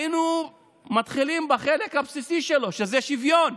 היינו מתחילים בחלק הבסיסי שלו, שזה שוויון,